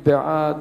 מי בעד?